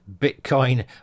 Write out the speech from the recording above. bitcoin